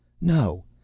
No